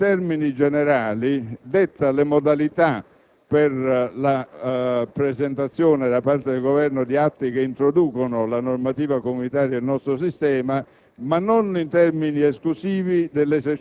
come una regola che in termini generali detta le modalità per la presentazione da parte del Governo di atti che introducono la normativa comunitaria nel nostro sistema,